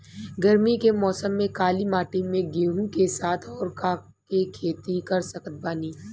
गरमी के मौसम में काली माटी में गेहूँ के साथ और का के खेती कर सकत बानी?